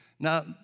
Now